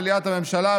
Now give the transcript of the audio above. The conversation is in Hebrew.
מליאת הממשלה,